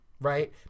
right